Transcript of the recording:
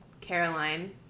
Caroline